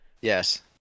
Yes